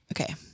okay